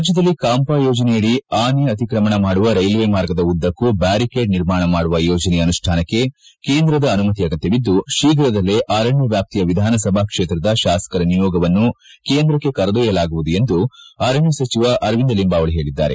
ರಾಜ್ಯದಲ್ಲಿ ಕಾಂಪ ಯೋಜನೆಯಡಿ ಆನೆ ಅತ್ರಿಮಣ ಮಾಡುವ ರೈಲ್ವೇ ಮಾರ್ಗದ ಉದ್ದಕ್ಕೂ ಬ್ಯಾರಿಕೇಡ್ ನಿರ್ಮಾಣ ಮಾಡುವ ಯೋಜನೆಯ ಅನುಷ್ಠಾನಕ್ಕೆ ಕೇಂದ್ರದ ಅನುಮತಿ ಅಗತ್ತವಿದ್ದು ಶೀಘದಲ್ಲೇ ಅರಣ್ಯ ವ್ಯಾಪ್ತಿಯ ವಿಧಾನಸಭಾ ಕ್ಷೇತ್ರದ ಶಾಸಕರ ನಿಯೋಗವನ್ನು ಕೇಂದ್ರಕ್ಷೆ ಕರೆದೊಯ್ನಲಾಗುವುದು ಎಂದು ಅರಣ್ನ ಸಚಿವ ಅರವಿಂದ ಲಿಂಬಾವಳಿ ಹೇಳಿದ್ದಾರೆ